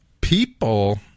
people